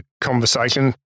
conversation